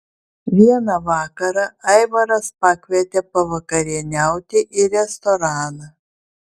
vieną vakarą aivaras pakvietė pavakarieniauti į restoraną